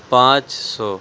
پانچ سو